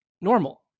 normal